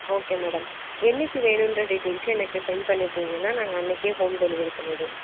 okay madam என்னிக்கு வேணும்ன்ற detail எனக்கு சென்ட் பண்ணிட்டிங்கன்னா நாங்கள் அன்னைக்கே ஹோம் டெலிவரி பண்ணிவிடுவோம்